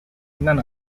none